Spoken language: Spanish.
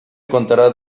contarás